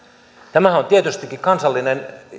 tämähän on tietystikin kansallinen